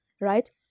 Right